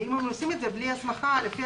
ואם הם עושים את זה בלי הסמכה לפי